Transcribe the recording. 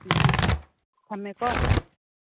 ꯎꯝ ꯎꯝ ꯎꯝ ꯊꯝꯃꯦꯀꯣ